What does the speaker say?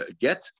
get